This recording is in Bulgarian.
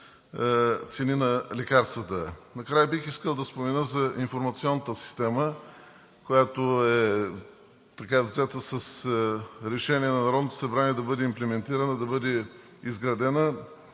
цени на лекарствата. Накрая бих искал да спомена за информационната система, която е взета с Решение на Народното събрание, да бъде имплементирана, да бъде изградена.